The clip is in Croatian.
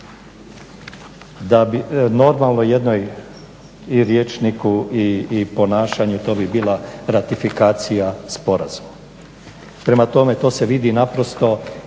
forma. Normalnom jednom rječniku i ponašanju to bi bila ratifikacija sporazuma. Prema tome to se vidi iz ovoga